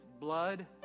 blood